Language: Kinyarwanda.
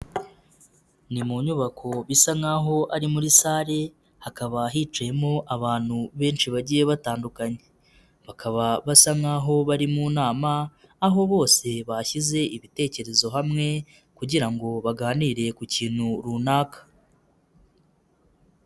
Ni mu nyubako bisa nkaho ari muri sare hakaba hicayemo abantu benshi bagiye batandukanye, bakaba basa nkaho bari mu nama aho bose bashyize ibitekerezo hamwe kugira ngo baganire ku kintu runaka.